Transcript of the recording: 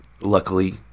Luckily